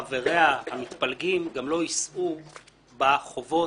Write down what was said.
חבריה המתפלגים גם לא יישאו בחובות